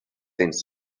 cents